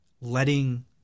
letting